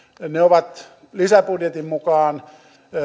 ne ovat lisäbudjetin mukaan